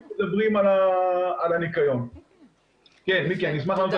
מושקע בימי הניקיון האלה הרבה מאוד כסף,